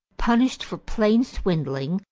punished for plain swindling,